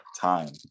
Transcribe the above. time